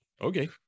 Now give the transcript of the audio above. Okay